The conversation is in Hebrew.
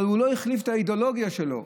אבל הוא לא החליף את האידיאולוגיה שלו,